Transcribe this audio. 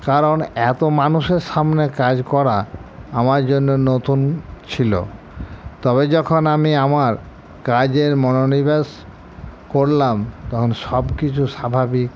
কারণ এত মানুষের সামনে কাজ করা আমার জন্য নতুন ছিল তবে যখন আমি আমার কাজের মনোনিবেশ করলাম তখন সব কিছু স্বাভাবিক